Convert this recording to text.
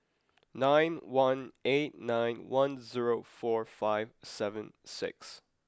nine one eight nine one zero four five seven six